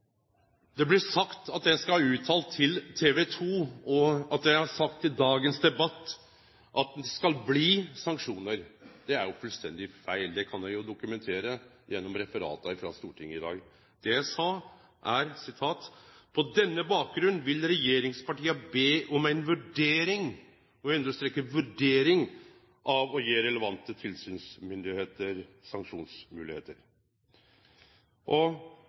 Det blir sagt at eg skal ha uttalt til TV 2, og at eg har sagt i dagens debatt, at det skal bli sanksjonar. Det er jo fullstendig feil; det kan eg dokumentere gjennom referata frå Stortinget i dag. Det eg sa, var at på denne bakgrunnen vil regjeringspartia be om ei vurdering – og eg understrekar vurdering – av å gje relevante tilsynsmyndigheiter